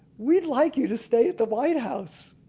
we'd like you to stay at the white house.